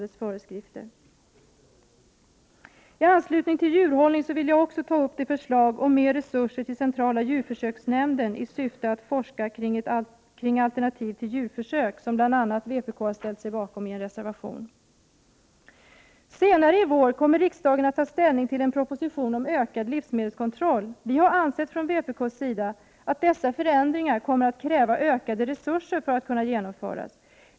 I anslutning till frågan om djurhållning vill jag också ta upp det förslag om ökade resurser till centrala djurförsöksnämnden i syfte att forska kring alternativ till djurförsök, som bl.a. vpk ställt sig bakom i en reservation. Senare i vår kommer riksdagen att ta ställning till en proposition om ökad livsmedelskontroll. Vi i vpk har ansett att dessa förändringar kommer att kräva ökade resurser för att kunna genomföras.